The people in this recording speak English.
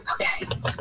Okay